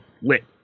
lit